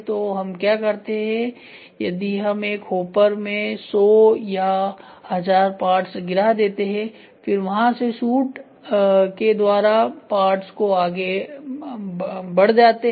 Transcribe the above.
तो हम क्या करते हैं यदि हम एक होपर में 100 या 1000 पार्ट्स गिरा देते हैं फिर वहां से सूट के द्वारा पार्ट्स आगे बढ़ते जाते हैं